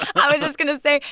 i was just going to say,